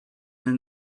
then